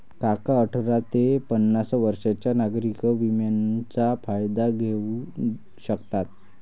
काका अठरा ते पन्नास वर्षांच्या नागरिक विम्याचा फायदा घेऊ शकतात